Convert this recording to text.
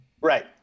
Right